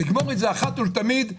לגמור את זה אחת ולתמיד,